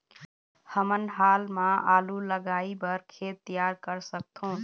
हमन हाल मा आलू लगाइ बर खेत तियार कर सकथों?